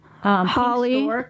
Holly